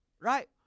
right